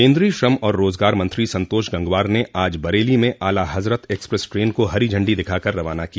केन्द्रीय श्रम और रोजगार मंत्री संतोष गंगवार ने आज बरेली में आला हजरत एक्सप्रेस ट्रेन को हरी झंडी दिखा कर रवाना किया